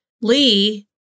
Lee